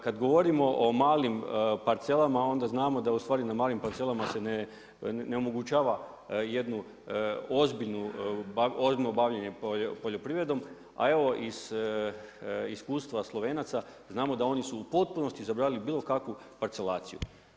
Kad govorimo o malim parcelama onda znamo da ustvari na malim parcelama se ne omogućava jedno ozbiljno bavljenje poljoprivredom a evo iz iskustva Slovenaca, znamo da oni su u potpunosti zabranili bilokakvu parcelaciju.